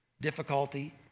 difficulty